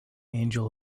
angel